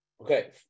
Okay